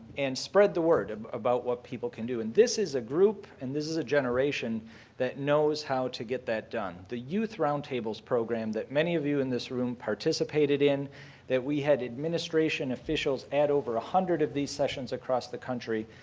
and spread the word about what people can do. and this is a group, and this is a generation that knows how to get that done. the youth roundtables program that many of you in this room participated in that we had administration officials at over one ah hundred of these sessions across the country,